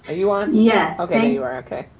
are you on? yes. okay, you are okay.